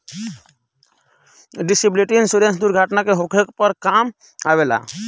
disability insurance दुर्घटना के होखे पर काम अवेला